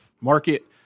market